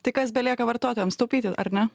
tai kas belieka vartotojams taupyti ar ne